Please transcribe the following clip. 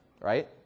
right